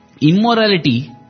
Immorality